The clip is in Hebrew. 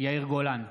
יאיר גולן,